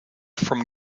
from